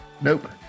Nope